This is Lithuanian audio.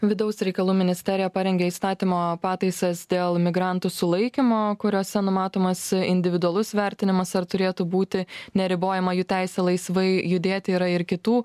vidaus reikalų ministerija parengė įstatymo pataisas dėl migrantų sulaikymo kuriuose numatomas individualus vertinimas ar turėtų būti neribojama jų teisė laisvai judėti yra ir kitų